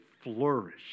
flourish